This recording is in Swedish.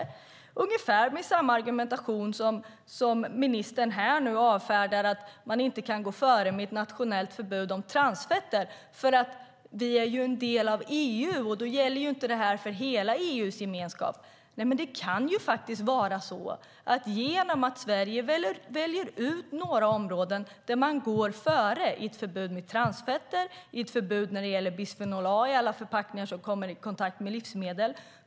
Det är ungefär samma argumentation som ministern nu använder för att avfärda idén om att gå före med ett nationellt förbud av transfetter - för vi är en del av EU, och då gäller det här inte hela EU:s gemenskap. Nej, men det kan ju faktiskt vara så att Sverige väljer ut några områden där man går före. Det kan vara förbud mot transfetter, och det kan vara förbud mot bisfenol A i alla förpackningar som kommer i kontakt med livsmedel.